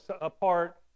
apart